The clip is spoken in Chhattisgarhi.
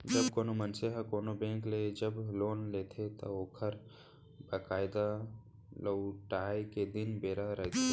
जब कोनो मनसे ह कोनो बेंक ले जब लोन लेथे त ओखर बकायदा लहुटाय के दिन बेरा रहिथे